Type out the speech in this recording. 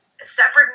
separate